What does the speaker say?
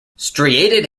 striated